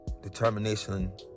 Determination